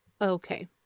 Okay